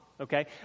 okay